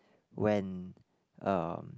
when uh